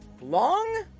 long